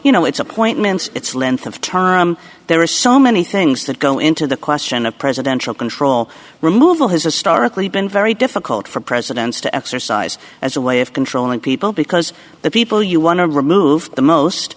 you know its appointments its length of term there are so many things that go into the question of presidential control removal has historically been very difficult for presidents to exercise as a way of controlling people because the people you want to remove the most